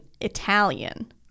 Italian